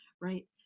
right